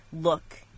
look